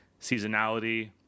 Seasonality